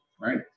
right